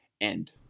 end